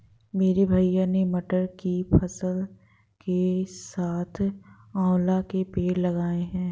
मेरे भैया ने मटर की फसल के साथ आंवला के पेड़ लगाए हैं